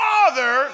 Father